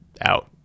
out